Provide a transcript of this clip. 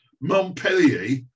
Montpellier